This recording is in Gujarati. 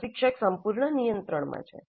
પ્રશિક્ષક સંપૂર્ણ નિયંત્રણમાં છે